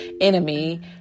enemy